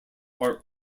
are